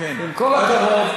עם כל הכבוד,